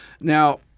Now